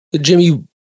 jimmy